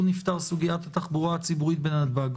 נפתרה סוגית התחבורה הציבורית בנתב"ג.